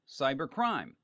Cybercrime